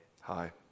Hi